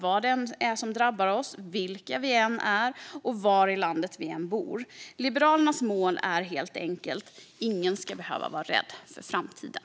Det gäller vad som än drabbar oss, vilka vi än är och var i landet vi än bor. Liberalernas mål är enkelt: ingen ska vara rädd för framtiden.